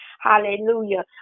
Hallelujah